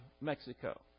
Mexico